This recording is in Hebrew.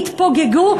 התפוגגו,